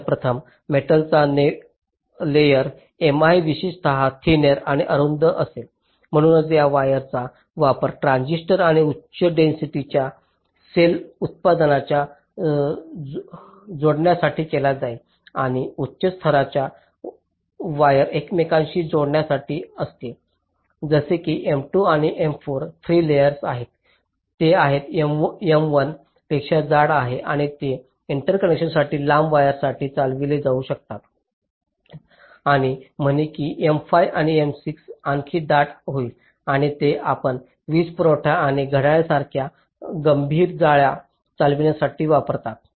तर प्रथम मेटलचा लेयर्स M1 सामान्यत थिनेर आणि अरुंद असेल म्हणूनच या वायरचा वापर ट्रान्झिस्टर आणि उच्च डेन्सिटीच्या सेल इत्यादींना जोडण्यासाठी केला जाईल आणि उच्च स्तराच्या वायर एकमेकांशी जोडण्यासाठी असतील जसे की M2 ते M4 3 लेयर्स आहेत ते आहेत M1 पेक्षा जाड आहे आणि ते इंटरकनेक्शन्ससाठी लांब वायरसाठी चालविले जाऊ शकतात आणि म्हणे की M5 आणि M6 आणखी दाट होईल आणि ते आपला वीजपुरवठा आणि घड्याळासारख्या गंभीर जाळ्या चालविण्यासाठी वापरतात